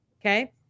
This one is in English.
Okay